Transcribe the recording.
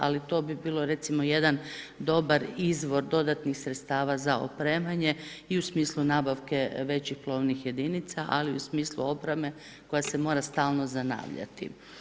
Ali to bi bilo recimo jedan dobar izvor dodatnih sredstava za opremanje i u smislu nabavke većih plovnih jedinica, ali i u smislu opreme koja se mora stalno zanavljati.